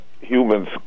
humans